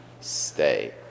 Stay